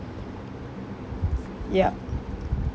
ya